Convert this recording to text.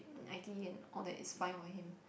I_T_E and all that is fine for him